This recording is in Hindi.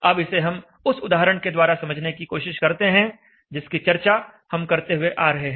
अब इसे हम उस उदाहरण के द्वारा समझने की कोशिश करते हैं जिसकी चर्चा हम करते हुए आ रहे हैं